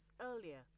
earlier